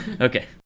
Okay